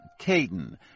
Caden